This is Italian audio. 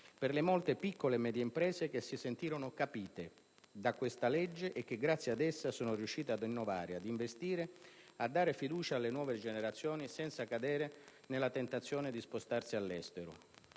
per le molte piccole e medie imprese che si sentirono "capite" da questa legge e che grazie ad essa sono riuscite ad innovare, ad investire, a dare fiducia alle nuove generazioni senza cadere nella tentazione di spostarsi all'estero.